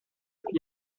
alors